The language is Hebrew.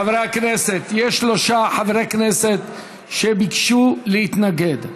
חברי הכנסת, יש שלושה חברי כנסת שביקשו להתנגד.